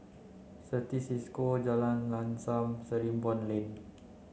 Certis Cisco Jalan Lam Sam Sarimbun Lane